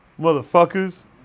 motherfuckers